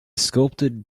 sculpted